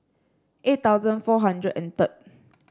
eight thousand four hundred and third